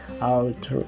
out